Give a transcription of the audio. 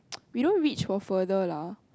we don't reach for further lah